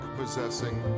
possessing